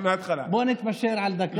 בוא נתפשר על דקה.